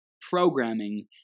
programming